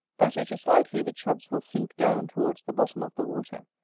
but it is likely the chubs will sink down towards the bottom of the water,